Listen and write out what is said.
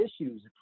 issues